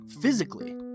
physically